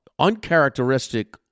uncharacteristic